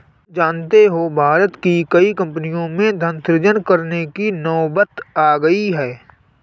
जानते हो भारत की कई कम्पनियों में धन सृजन करने की नौबत आ गई है